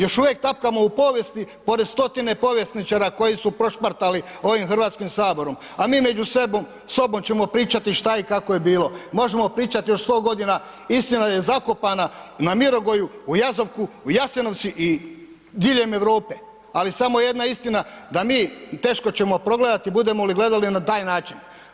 Još uvijek tapkamo u povijesti pored stotine povjesničara koji su ... ovim Hrvatskim saborom a mi među sobom ćemo pričati šta i kako je bilo, možemo pričati još 100 g., istina je zakopana na Mirogoju, u Jazovku, u Jasenovcu i diljem Europe ali samo je jedna istina, da mi teško ćemo progledati budemo li gledali na taj način.